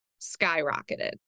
skyrocketed